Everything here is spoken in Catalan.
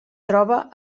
troba